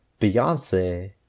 Beyonce